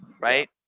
right